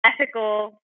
ethical